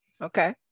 Okay